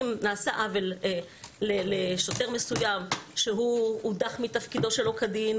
אם נעשה עוול לשוטר מסוים שהוא הודח מתפקידו שלא כדין,